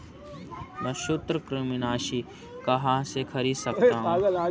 मैं सूत्रकृमिनाशी कहाँ से खरीद सकता हूँ?